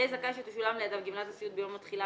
יהיה זכאי שתשולם לידיו גמלת הסיעוד ביום התחילה